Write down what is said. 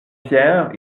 pierre